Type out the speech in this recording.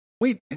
wait